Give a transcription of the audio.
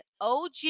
OG